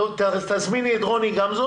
תזמיני את רוני גמזו